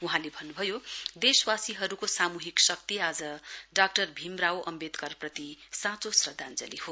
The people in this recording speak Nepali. वहाँले भन्नुभयो देशवासीहरुको सामूहिक शक्ति आज डाक्टर भीम रावो अम्वेदकरप्रति साँचो श्रध्दाञ्जली हो